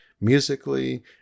Musically